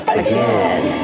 again